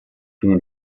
fini